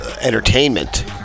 entertainment